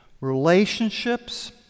relationships